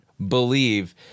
believe